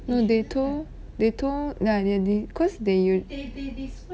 no they told they told ya ya they cause they